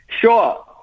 Sure